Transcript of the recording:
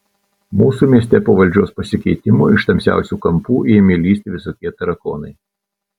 mūsų mieste po valdžios pasikeitimo iš tamsiausių kampų ėmė lįsti visokie tarakonai